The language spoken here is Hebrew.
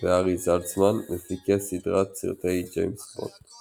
והארי זלצמן, מפיקי סדרת סרטי ג'יימס בונד.